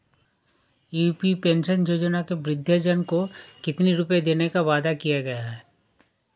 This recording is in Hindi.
यू.पी पेंशन योजना में वृद्धजन को कितनी रूपये देने का वादा किया गया है?